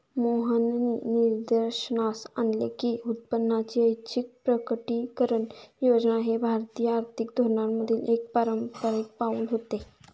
मोहननी निदर्शनास आणले की उत्पन्नाची ऐच्छिक प्रकटीकरण योजना हे भारतीय आर्थिक धोरणांमधील एक अपारंपारिक पाऊल होते